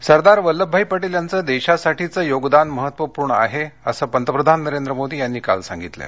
एकता दौड सरदार वल्लभभाई पटेल यांचं देशासाठीचं योगदान महत्वपूर्ण आहे असं पंतप्रधान नरेंद्र मोदी यांनी म्हटलं आहे